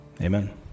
Amen